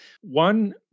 one